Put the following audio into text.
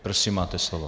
Prosím, máte slovo.